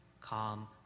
calm